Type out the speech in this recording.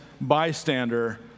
bystander